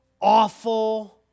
awful